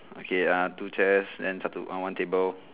okay uh two chairs then satu uh one table